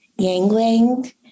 yangling